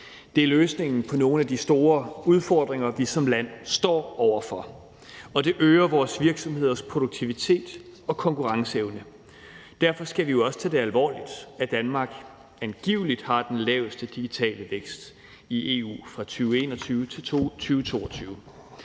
Det er løsningen på nogle af de store udfordringer, vi som land står over for, og den øger vores virksomheders produktivitet og konkurrenceevne. Derfor skal vi jo også tage det alvorligt, at Danmark angiveligt har den laveste digitale vækst i EU fra 2021 til 2022.